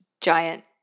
giant